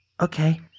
Okay